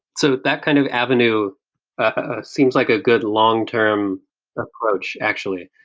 so that kind of avenue ah seems like a good long-term approach actually.